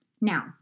Now